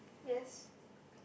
yes